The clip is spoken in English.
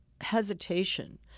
hesitation